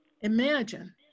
Imagine